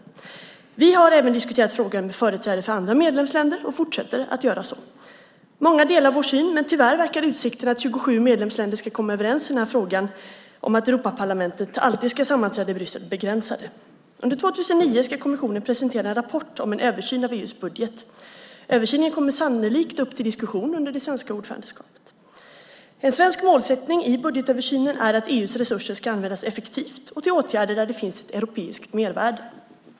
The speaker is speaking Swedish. Vi har även diskuterat frågan med företrädare för andra medlemsländer och fortsätter att göra så. Många delar vår syn, men tyvärr verkar utsikten att 27 medlemsländer ska komma överens i frågan om att Europaparlamentet alltid ska sammanträda i Bryssel begränsad. Under 2009 ska kommissionen presentera en rapport om en översyn av EU:s budget. Översynen kommer sannolikt upp till diskussion under det svenska ordförandeskapet. En svensk målsättning i budgetöversynen är att EU:s resurser ska användas effektivt och till åtgärder där det finns ett europeiskt mervärde.